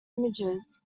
images